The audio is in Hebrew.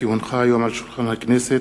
כי הונחו היום על שולחן הכנסת,